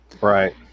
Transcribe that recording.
Right